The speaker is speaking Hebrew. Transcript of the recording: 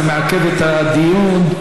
זה מעכב את הדיון.